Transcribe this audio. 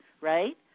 right